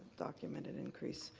documented increase?